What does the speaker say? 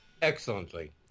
Excellently